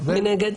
מי נגד?